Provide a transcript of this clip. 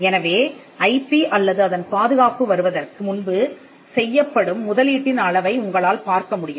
எனவே ஐபி அல்லது அதன் பாதுகாப்பு வருவதற்கு முன்பு செய்யப்படும் முதலீட்டின் அளவை உங்களால் பார்க்க முடியும்